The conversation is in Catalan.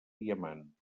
diamant